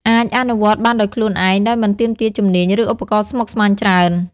អាចអនុវត្តបានដោយខ្លួនឯង ដោយមិនទាមទារជំនាញ ឬឧបករណ៍ស្មុគស្មាញច្រើន។